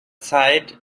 zeit